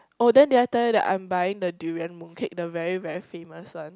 oh then did I tell you that I'm buying the durian mooncake the very very famous one